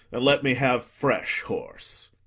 and let me have fresh horse.